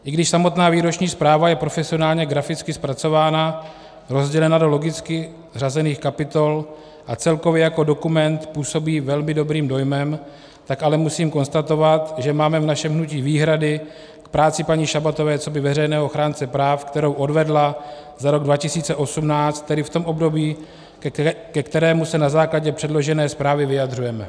I když samotná výroční zpráva je profesionálně graficky zpracována, rozdělena do logicky řazených kapitol a celkově jako dokument působí velmi dobrým dojmem, tak ale musím konstatovat, že máme v našem hnutí výhrady k práci paní Šabatové coby veřejného ochránce práv, kterou odvedla za rok 2018, tedy v tom období, ke kterému se na základě předložené zprávy vyjadřujeme.